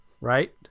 right